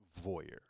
voyeur